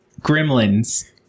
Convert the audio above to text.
Gremlins